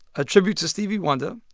a tribute to stevie wonder.